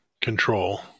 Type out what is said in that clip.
control